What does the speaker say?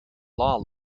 law